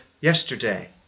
yesterday